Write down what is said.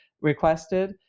requested